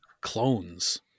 clones